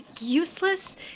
useless